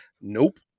Nope